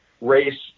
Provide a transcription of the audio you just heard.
race